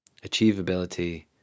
Achievability